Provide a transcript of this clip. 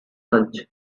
lunch